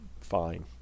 Fine